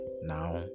now